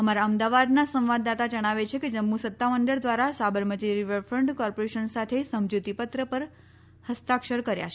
અમારા અમદાવાદના સંવાદદાતા જણાવે છે કે જમ્મુ સત્તામંડળ દ્વારા સાબરમતી રિવરફ્રન્ટ કોર્પોરેશન સાથે સમજૂતીપત્ર પર હસ્તાક્ષર કર્યા છે